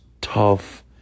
tough